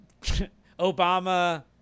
obama